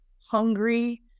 hungry